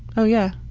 oh yeah.